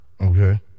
Okay